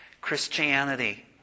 Christianity